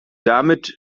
damit